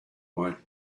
might